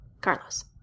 carlos